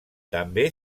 també